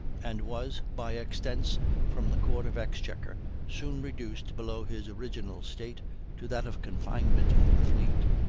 and was, by extents from the court of exchequer, soon reduced below his original state to that of confinement in the fleet.